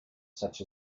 such